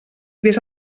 vés